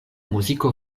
muziko